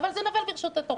אבל זה נבל ברשות התורה.